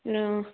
অঁ